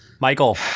Michael